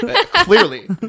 clearly